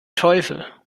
teufel